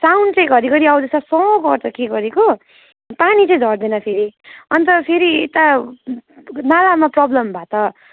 sound चाहिँ घरिघरि आउँदैछ सँ गर्छ के गरेको तर पानी चाहिँ झर्दैन फेरि अन्त फेरि यता नालामा प्रबल्म भए त